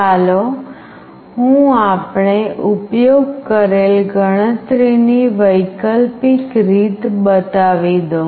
ચાલો હું આપણે ઉપયોગ કરેલ ગણતરીની વૈકલ્પિક રીત બતાવી દઉં